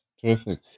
Terrific